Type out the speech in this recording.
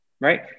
right